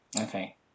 Okay